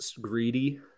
greedy